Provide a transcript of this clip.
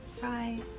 bye